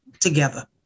together